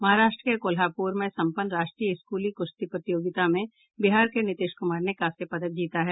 महाराष्ट्र के कोल्हापुर में सम्पन्न राष्ट्रीय स्कूली कुश्ती प्रतियोगिता में बिहार के नीतीश कुमार ने कांस्य पदक जीता है